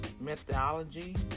methodology